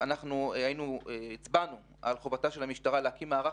אנחנו הצבענו על חובת המשטרה להקים מערך